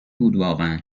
بودواقعا